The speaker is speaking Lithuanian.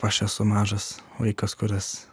aš esu mažas vaikas kuris